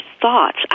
thoughts